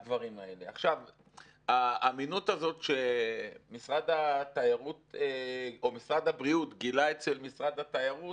האמינות הזאת שמשרד הבריאות גילה אצל משרד התיירות,